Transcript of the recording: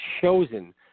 chosen